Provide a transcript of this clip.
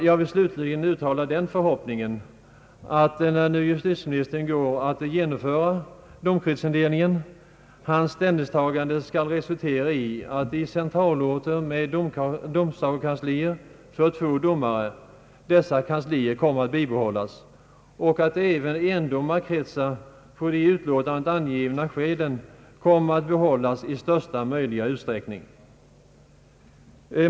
Jag vill uttala den förhoppningen att när nu justitieministern går att genomföra domkretsindelningen hans ställningstagande skall resultera i att på centralorter med domsagokanslier för två domare dessa kanslier kommer att bibehållas och att även endomarkretsar på de i utlåtandet angivna skälen kommer att bibehållas i största möjliga utsträckning.